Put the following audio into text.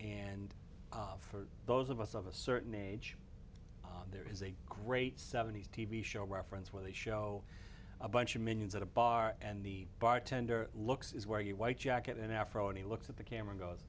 island and for those of us of a certain age there is a great seventy's t v show reference where they show a bunch of minions at a bar and the bartender looks is where you white jacket an afro and he looks at the camera goes